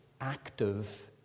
active